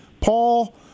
Paul